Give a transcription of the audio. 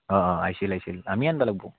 অ' অ' আহিছিল আহিছিল আমিয়ে আনিব লাগিব